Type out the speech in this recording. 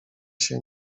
się